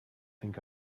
think